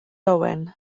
owen